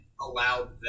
allowed